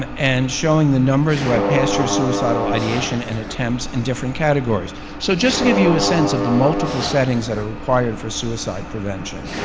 and showing the numbers. we have past year suicidal ideation and attempts in different categories. so, just to give you a sense of the multiple settings that are required for suicide prevention.